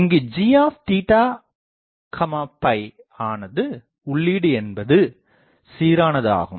இங்கு gயானது உள்ளீடு என்பது சீரானது ஆகும்